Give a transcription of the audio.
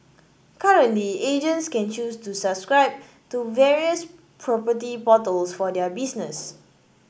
currently agents can choose to subscribe to various property portals for their business